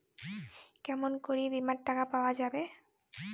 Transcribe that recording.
কেমন করি বীমার টাকা পাওয়া যাবে?